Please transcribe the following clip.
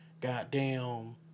Goddamn